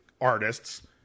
artists